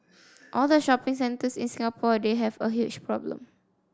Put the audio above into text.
all the shopping centres in Singapore they have a huge problem